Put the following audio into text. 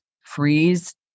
freeze